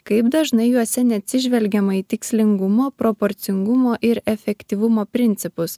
kaip dažnai juose neatsižvelgiama į tikslingumo proporcingumo ir efektyvumo principus